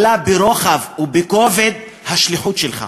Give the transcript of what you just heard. אלא ברוחב ובכובד השליחות שלך.